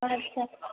আচ্ছা